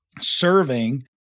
serving